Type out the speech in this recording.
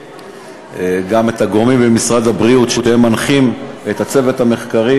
גם את הגורמים במשרד הבריאות שמנחים את צוות המחקר,